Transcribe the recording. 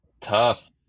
tough